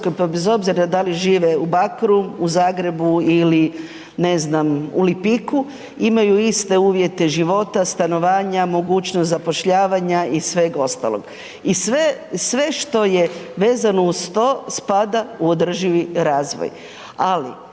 pa bez obzira da li žive u Bakru, u Zagrebu ili u Lipiku imaju iste uvjete života, stanovanja, mogućnost zapošljavanja i sveg ostalog i sve što je vezano uz to spada u održivi razvoj.